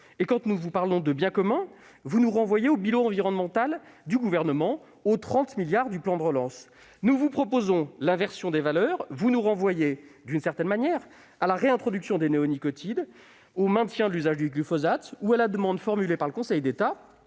! Quand nous parlons « biens communs », vous nous renvoyez au bilan environnemental du Gouvernement et aux 30 milliards d'euros du plan de relance. Nous vous proposons l'inversion des valeurs, vous nous renvoyez, d'une certaine manière, à la réintroduction des néonicotinoïdes, au maintien de l'usage du glyphosate ou à la demande que le Conseil d'État